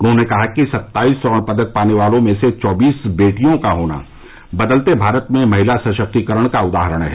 उन्होंने कहा कि सत्ताईस स्वर्ण पदक पाने वालों में चौबीस वेटियों का होना बदलते भारत में महिला सशक्तिकरण का उदाहरण है